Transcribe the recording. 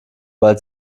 weil